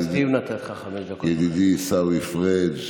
ידידי עיסאווי פריג',